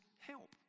help